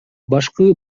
башкы